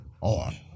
on